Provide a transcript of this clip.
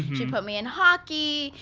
she put me in hockey.